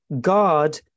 God